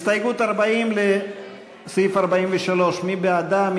הסתייגות מס' 40 לסעיף 43, מי בעדה?